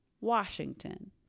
Washington